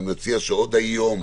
אני מציע שעוד היום